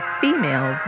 female